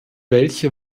welche